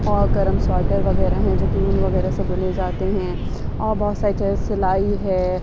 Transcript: اور گرم سواٹر وغیرہ ہیں جو کہ اون وغیرہ سے بنے جاتے ہیں اور بہت ساری چیزیں جیسے سلائی ہے